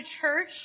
church